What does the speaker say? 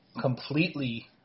completely